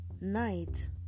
night